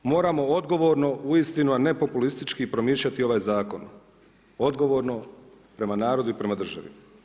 Moramo odgovorno uistinu a ne populistički promišljati ovaj zakon, odgovorno prema narodu i prema državi.